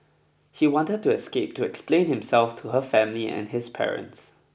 he wanted to escape to explain himself to her family and his parents